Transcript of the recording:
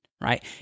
right